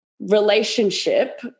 relationship